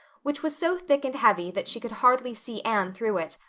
which was so thick and heavy that she could hardly see anne through it,